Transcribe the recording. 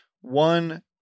One